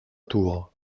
tour